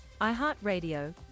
iHeartRadio